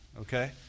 Okay